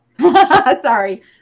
sorry